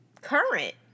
current